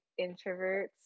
introverts